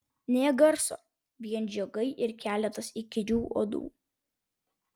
nė garso vien žiogai ir keletas įkyrių uodų